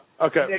Okay